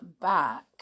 back